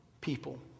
people